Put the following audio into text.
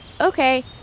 Okay